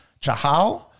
Chahal